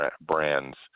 brands